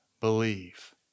believe